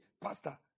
pastor